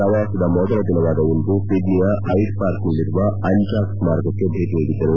ಪ್ರವಾಸದ ಮೊದಲ ದಿನವಾದ ಇಂದು ಸಿಡ್ಡಿಯ ಐಡ್ ಪಾರ್ಕ್ನಲ್ಲಿರುವ ಅಂಜಾಕ್ ಸ್ವಾರಕಕ್ಕೆ ಭೇಟಿ ನೀಡಿದ್ದರು